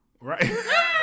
Right